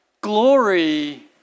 Glory